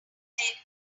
did